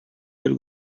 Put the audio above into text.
del